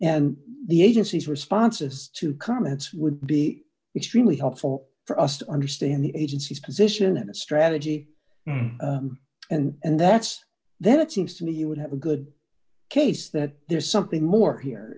and the agency's responses to comments would be extremely helpful for us to understand the agency's position and strategy and that's then it seems to me you would have a good case that there's something more here